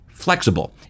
flexible